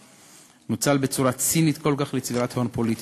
נוצל בצורה צינית כל כך לצבירת הון פוליטי.